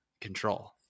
control